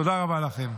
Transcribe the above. תודה רבה לכם.